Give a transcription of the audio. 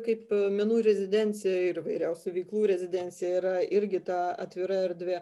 kaip menų rezidencija ir įvairiausių veiklų rezidencija yra irgi ta atvira erdvė